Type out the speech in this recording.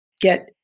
get